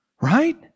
Right